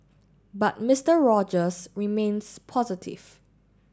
but Mister Rogers remains positive